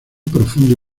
profundo